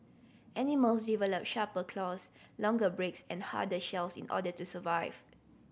animals develop sharper claws longer breaks and harder shells in order to survive